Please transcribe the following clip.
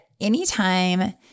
anytime